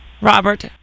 Robert